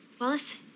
Wallace